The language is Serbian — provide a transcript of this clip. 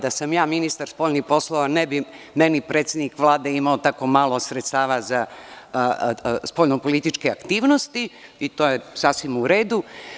Da sam ministar spoljnih poslova, ne bi predsednik Vlade imao tako malo sredstava za spoljno političke aktivnosti i to je sasvim u redu.